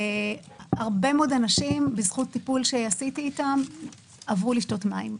הרבה מאוד אנשים בזכות טיפול שעשיתי איתם עברו לשתות מים,